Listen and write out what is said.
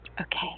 okay